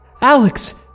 Alex